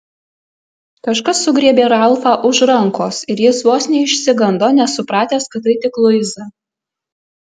kažkas sugriebė ralfą už rankos ir jis vos neišsigando nesupratęs kad tai tik luiza